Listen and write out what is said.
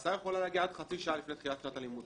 יכולה להגיע עד חצי שעה עד תחילת שעת הלימודים.